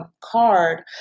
card